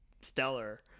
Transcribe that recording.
stellar